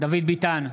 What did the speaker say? דוד ביטן,